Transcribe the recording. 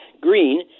green